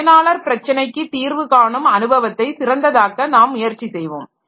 பயனாளர் பிரச்சனைக்கு தீர்வு காணும் அனுபவத்தை சிறந்ததாக்க நாம் முயற்சி செய்வோம்